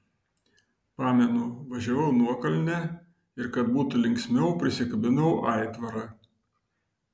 pamenu važiavau nuokalne ir kad būtų linksmiau prisikabinau aitvarą